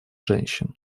женщин